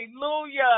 hallelujah